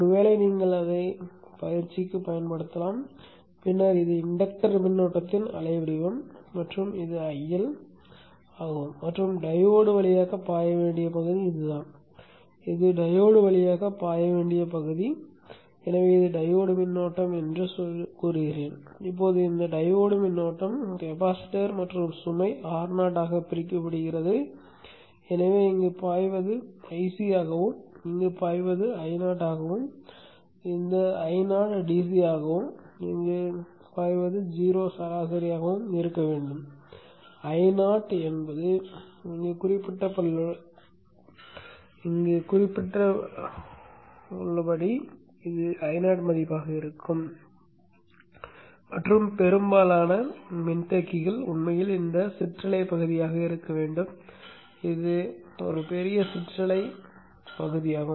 ஒருவேளை நீங்கள் அதை பயிற்சிக்கு பயன்படுத்தலாம் பின்னர் இது இன்டக்டர் மின்னோட்டத்தின் அலை வடிவம் மற்றும் இது IL பகுதியாகும்